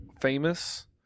famous